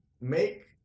Make